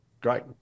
great